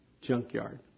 junkyard